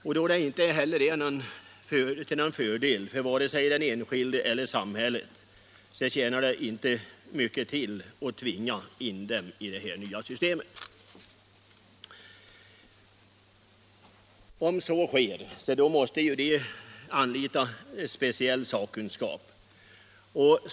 Då en ändring inte heller är till fördel för vare sig den enskilde eller samhället tjänar det inte mycket till att tvinga in äldre människor i det här nya systemet. Om så sker måste de anlita speciell sakkunskap.